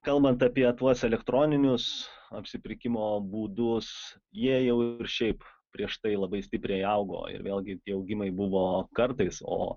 kalbant apie tuos elektroninius apsipirkimo būdus jie jau ir šiaip prieš tai labai stipriai augo ir vėlgi tie augimai buvo kartais o